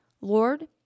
Lord